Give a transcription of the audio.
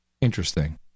Interesting